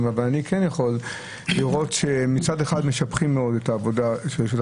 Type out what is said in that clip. אני יכול לראות שמצד אחד משבחים מאוד את עבודת ועדת